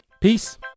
Peace